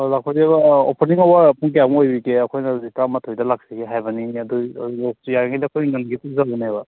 ꯑꯥ ꯑꯗꯨꯒ opening hour ꯄꯨꯡ ꯀꯌꯥꯃꯨꯛ ꯑꯣꯏꯕꯤꯒꯦ ꯑꯩꯈꯣꯏꯅ ꯍꯧꯖꯤꯛ ꯇ꯭ꯔꯥꯃꯊꯣꯏꯗ ꯂꯥꯛꯆꯒꯦ ꯍꯥꯏꯕꯅꯤ ꯑꯗꯨ ꯌꯥꯔꯤꯉꯩ ꯑꯩꯈꯣꯏ ꯉꯟꯒꯦ ꯈꯟꯖꯕꯅꯦꯕ